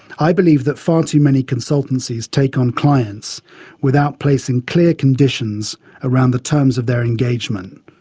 i believe that far too many consultancies take on clients without placing clear conditions around the terms of their engagement.